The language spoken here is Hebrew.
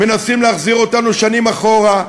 מנסות להחזיר אותנו שנים אחורה,